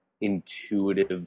intuitive